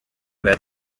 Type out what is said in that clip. where